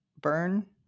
burn